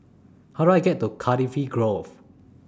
How Do I get to Cardifi Grove